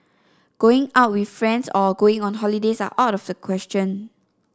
going out with friends or going on holidays are out of the question